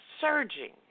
surging